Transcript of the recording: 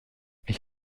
ich